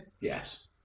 Yes